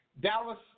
Dallas